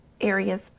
areas